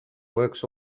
works